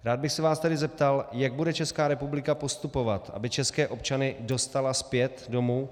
Rád bych se vás zeptal, jak bude Česká republika postupovat, aby české občany dostala zpět domů.